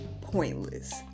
pointless